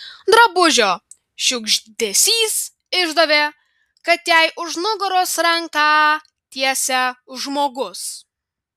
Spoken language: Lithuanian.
drabužio šiugždesys išdavė kad jai už nugaros ranką tiesia žmogus